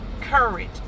Courage